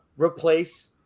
replace